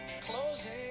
closing